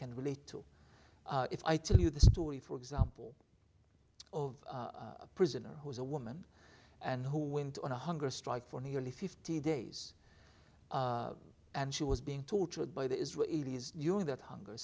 can relate to if i tell you the story for example of a prisoner who is a woman and who went on a hunger strike for nearly fifty days and she was being tortured by the israelis during that hunger